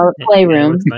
playroom